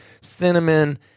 cinnamon